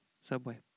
Subway